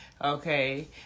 Okay